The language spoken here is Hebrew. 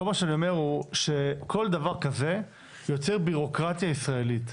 כל מה שאני אומר הוא שכל דבר כזה יוצר בירוקרטיה ישראלית.